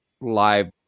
live